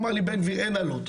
הוא אמר לי בן גביר אין אלות.